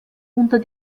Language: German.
unter